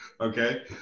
okay